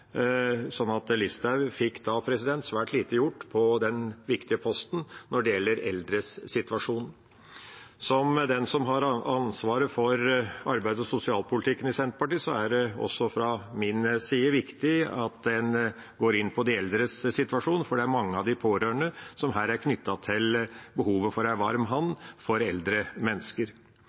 svært lite gjort på den viktige posten for de eldres situasjon. Som den som har ansvaret for arbeids- og sosialpolitikken i Senterpartiet, er det også fra min side viktig at en går inn på de eldres situasjon, for det er mange av de pårørende som er knyttet til behovet for en varm hånd for eldre mennesker.